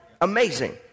Amazing